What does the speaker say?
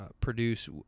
produce